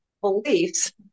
beliefs